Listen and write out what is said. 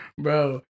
Bro